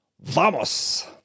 Vamos